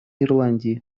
ирландии